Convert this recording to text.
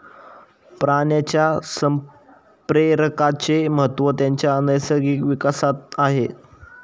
प्राण्यांच्या संप्रेरकांचे महत्त्व त्यांच्या नैसर्गिक विकासात आहे